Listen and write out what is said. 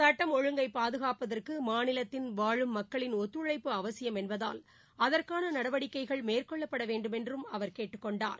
சுட்டம் ஒழுங்கை பாதுகாப்பதற்கு மாநிலத்தின் வாழும் மக்களின் ஒத்துழைப்பு அவசியம் என்பதால் அதற்கான நடவடிக்கைகள் மேற்கொள்ளப்பட வேண்டுமென்றும் அவர் கேட்டுக் கொண்டார்